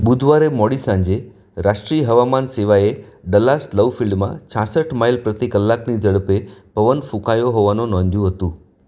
બુધવારે મોડી સાંજે રાષ્ટ્રીય હવામાન સેવાએ ડલ્લાસ લવ ફિલ્ડમાં છાસઠ માઇલ પ્રતિ કલાકની ઝડપે પવન ફૂંકાયો હોવાનું નોંધ્યું હતું